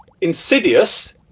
Insidious